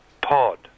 Pod